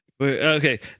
Okay